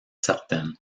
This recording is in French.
certaine